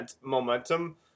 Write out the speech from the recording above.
momentum